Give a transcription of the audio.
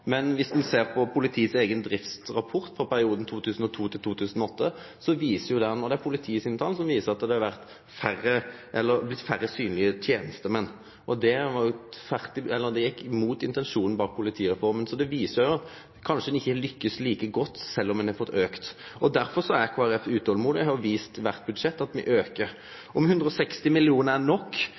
Men om ein ser på politiet sin eigen driftsrapport for perioden 2002–2008, viser tala – og det er politiet sine tal – at det er blitt færre synlege tenestemenn. Det er imot intensjonen bak politireforma. Det viser at ein kanskje ikkje har lukkast like godt sjølv om ein har fått den auken. Derfor er Kristeleg Folkeparti utolmodig, og har ved kvart budsjett vist at me aukar. Om 160 mill. kr er nok,